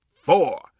four